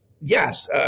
yes